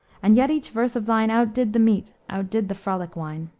and yet each verse of thine outdid the meat, outdid the frolic wine.